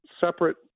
separate